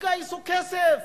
יגייסו כסף,